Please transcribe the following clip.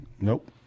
Nope